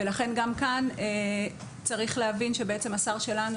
ולכן גם כאן צריך להבין שבעצם השר שלנו